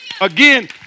Again